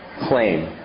claim